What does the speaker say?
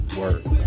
work